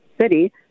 city